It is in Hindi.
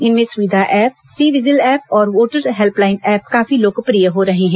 इनमें Suvidha app C vigil app और वोटर हेल्पलाइन ऐप काफी लोकप्रिय हो रहे हैं